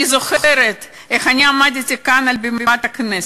אני זוכרת איך אני עמדתי כאן, על בימת הכנסת,